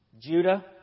Judah